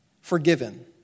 forgiven